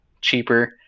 cheaper